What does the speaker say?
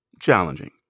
challenging